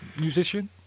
musician